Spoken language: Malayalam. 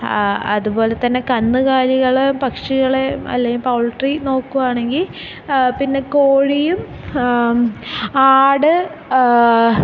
അതുപോലെ തന്നെ കന്നുകാലികള് പക്ഷികളെ അല്ലേൽ പൗൾട്രി നോക്കുവാണെങ്കിൽ പിന്നെ കോഴിയും ആട്